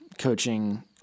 coaching